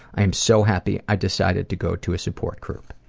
i am so happy i decided to go to a support group.